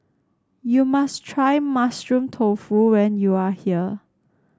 you must try Mushroom Tofu when you are here